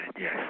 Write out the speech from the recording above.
yes